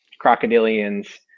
crocodilians